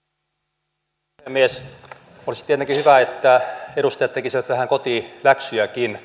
olisi tietenkin hyvä että edustajat tekisivät vähän kotiläksyjäkin